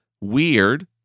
weird